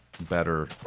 better